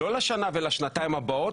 לא לשנה ולשנתיים הבאות,